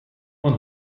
man